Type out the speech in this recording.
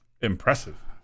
Impressive